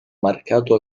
marcato